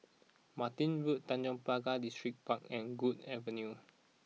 Martin Road Tanjong Pagar Distripark and Guok Avenue